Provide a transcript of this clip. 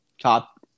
Top